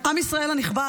עם ישראל הנכבד,